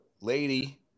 lady